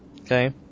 okay